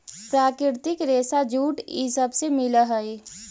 प्राकृतिक रेशा जूट इ सब से मिल हई